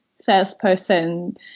salesperson